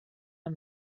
amb